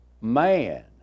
man